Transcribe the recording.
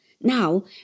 now